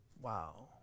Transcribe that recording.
Wow